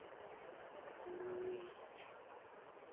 ᱯᱩᱨᱟᱹᱭ